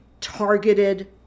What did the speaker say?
targeted